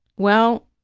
well,